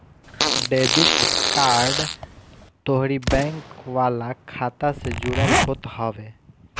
debit card तोहरी bank वाला खाता से जुड़ल होत हवे